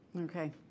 okay